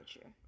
true